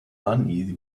uneasy